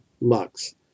lux